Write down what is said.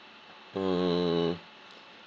mm